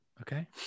Okay